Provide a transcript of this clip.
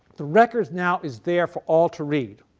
the record now is there for all to read.